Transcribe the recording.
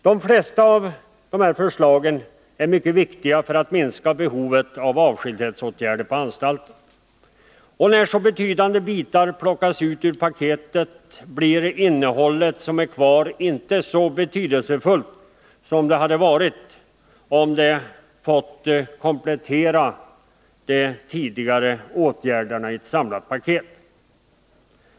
De flesta av dessa åtgärder är mycket viktiga för att minska behovet av 95 avskildhetsåtgärder på anstalterna. Och när så betydande bitar plockas ut ur paketet, verkar det kvarvarande innehållet inte så betydelsefullt som det skulle ha verkat om det fått komplettera de tidigare åtgärderna i ett samlat paket.